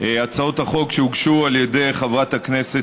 הצעות החוק שהוגשו על ידי חברת הכנסת